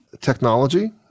technology